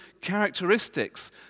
characteristics